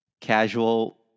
casual